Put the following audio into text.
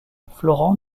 florent